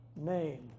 name